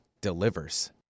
delivers